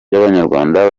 by’abanyarwanda